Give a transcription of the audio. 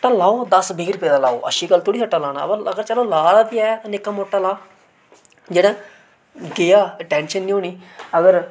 सट्टा लाओ दस्स बीह् रपेऽ दा लाओ अच्छी गल्ल थोह्ड़ी सट्टा लाना अगर चलो ला दा बी ऐ ते निक्का मुट्टा ला जेह्ड़ा गेआ ते टेंशन नीं होनी अगर